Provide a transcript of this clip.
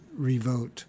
revote